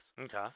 Okay